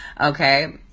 Okay